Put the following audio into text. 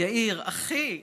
יאיר: אחי,